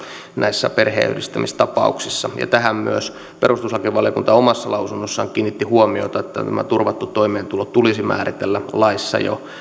näissä perheenyhdistämistapauksissa tähän myös perustuslakivaliokunta omassa lausunnossaan kiinnitti huomiota että tämä turvattu toimeentulo tulisi määritellä jo laissa